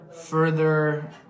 further